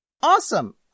awesome